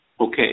Okay